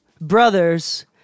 brothers